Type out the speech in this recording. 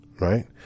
right